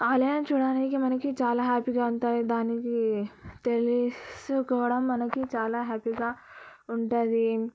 ఆలయం చూడడానికి మనకి చాలా హ్యాపీగా ఉంటుంది దానికి తెలిసుకోవడం మనకి చాలా హ్యాపీగా ఉంటుంది